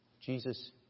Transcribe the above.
Jesus